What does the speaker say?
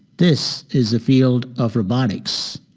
this is the field of robotics.